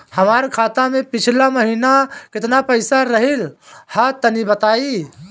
हमार खाता मे पिछला महीना केतना पईसा रहल ह तनि बताईं?